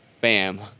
bam